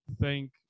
thank